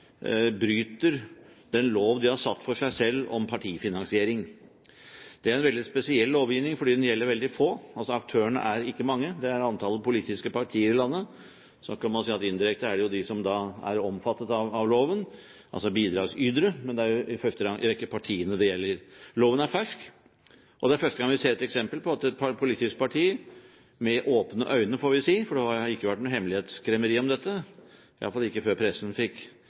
bryter den lov de har satt for seg selv, om partifinansiering. Det er en veldig spesiell lovgivning, fordi den gjelder veldig få. Altså: Aktørene er ikke mange – det er antall politiske partier i landet. Så kan man jo si at indirekte er det jo de som er omfattet av loven – altså bidragsyterne – men det er i første rekke partiene det gjelder. Loven er fersk, og det er første gang vi ser et eksempel på at et politisk parti med åpne øyne, får vi si, har brutt loven – det har ikke vært noe hemmelighetskremmeri om dette, i alle fall ikke før saken ble offentliggjort, delvis via pressen.